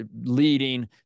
leading